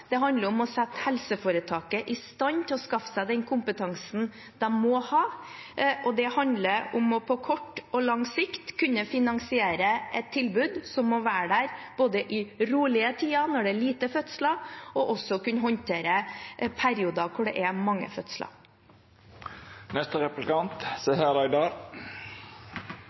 det handler om å sette helseforetaket i stand til å skaffe seg den kompetansen de må ha, og det handler om å på kort og lang sikt kunne finansiere et tilbud som må være der, både i rolige tider, når det er få fødsler, og også å kunne håndtere perioder hvor det er mange fødsler.